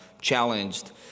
challenged